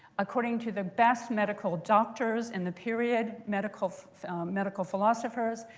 according to the best medical doctors in the period, medical medical philosophers,